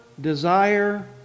desire